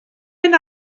mynd